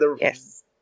Yes